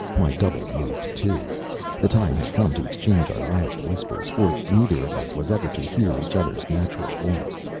my double moved too the time had come to exchange our last whispers, for neither of us was ever to hear each other's natural voice.